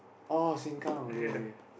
oh sengkang okay okay